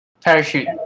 Parachute